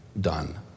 done